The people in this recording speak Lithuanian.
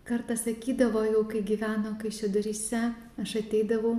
kartą sakydavo jau kai gyveno kaišiadoryse aš ateidavau